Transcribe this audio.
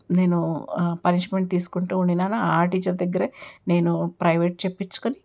నేను పనిష్మెంట్ తీసుకుంటూ ఉన్నానో ఆ టీచర్ దగ్గరే నేను ప్రైవేట్ చెప్పించుకొని